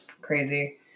crazy